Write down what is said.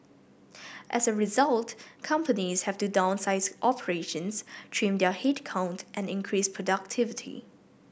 as a result companies have to downsize operations trim their headcount and increase productivity